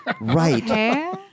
Right